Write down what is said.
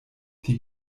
die